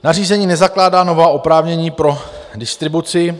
Nařízení nezakládá nová oprávnění pro distribuci.